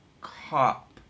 cop